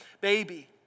baby